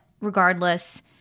regardless